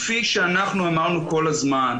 כפי שאנחנו אמרנו כל הזמן,